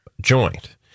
joint